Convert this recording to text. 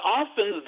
often